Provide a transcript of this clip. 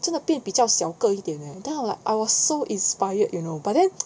真的变得比较小个一点 leh then 我 like I was so inspired you know but then